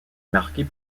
marquée